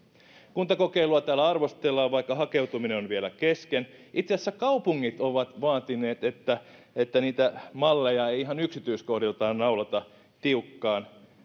kuntakokeilua täällä arvostellaan vaikka hakeutuminen on vielä kesken itse asiassa kaupungit ovat vaatineet että että niitä malleja ei ihan yksityiskohdiltaan naulata tiukkaan